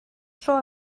tro